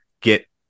get